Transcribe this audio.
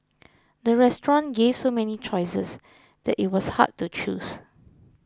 the restaurant gave so many choices that it was hard to choose